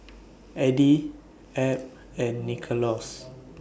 Addie Abb and Nicklaus